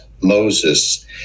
moses